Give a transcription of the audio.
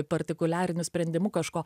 partikuliariniu sprendimu kažko